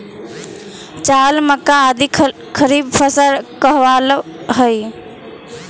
चावल, मक्का आदि खरीफ फसल कहलावऽ हइ